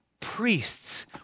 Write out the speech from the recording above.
priests